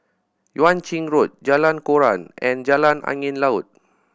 Yuan Ching Road Jalan Koran and Jalan Angin Laut